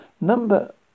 number